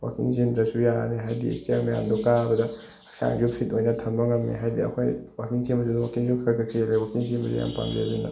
ꯋꯥꯛꯀꯤꯡ ꯆꯦꯟꯗ꯭ꯔꯁꯨ ꯌꯥꯔꯅꯤ ꯍꯥꯏꯕꯗꯤ ꯏꯁꯇꯤꯌꯥꯔ ꯃꯌꯥꯝꯗꯣ ꯀꯥꯕꯗ ꯍꯛꯆꯥꯡꯗꯣ ꯐꯤꯠ ꯑꯣꯏꯅ ꯊꯝꯕ ꯉꯝꯃꯦ ꯍꯥꯏꯕꯗꯤ ꯑꯩꯈꯣꯏ ꯋꯥꯛꯀꯤꯡ ꯆꯦꯟꯕꯗꯁꯨ ꯋꯥꯛꯀꯤꯡꯁꯨ ꯈꯔ ꯈꯔ ꯆꯦꯜꯂꯦ ꯋꯥꯛꯀꯤꯡ ꯆꯦꯟꯕꯁꯦ ꯌꯥꯝ ꯄꯥꯝꯖꯩ ꯑꯗꯨꯅ